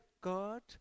God